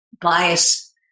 bias